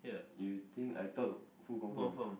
you think I thought who confirm